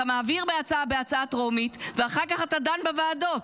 אתה מעביר הצעה טרומית, ואחר כך אתה דן בוועדות.